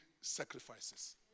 sacrifices